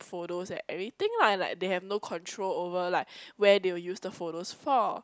photos and everything lah like they have no control over like where they will use the photos for